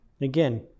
Again